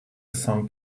song